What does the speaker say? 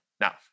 Now